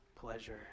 pleasure